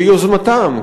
ביוזמתם,